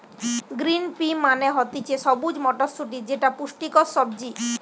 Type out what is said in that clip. green pea মানে হতিছে সবুজ মটরশুটি যেটা পুষ্টিকর সবজি